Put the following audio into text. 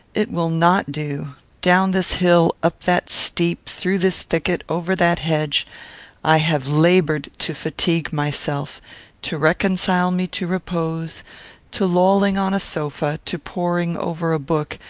it will not do down this hill, up that steep through this thicket, over that hedge i have laboured to fatigue myself to reconcile me to repose to lolling on a sofa to poring over a book,